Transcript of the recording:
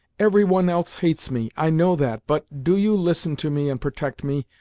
every one else hates me i know that, but do you listen to me and protect me,